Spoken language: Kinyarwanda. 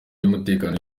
y’umutekano